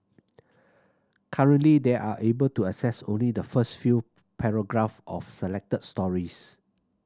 currently they are able to access only the first few paragraph of selected stories